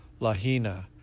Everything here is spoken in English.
Lahina